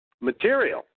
material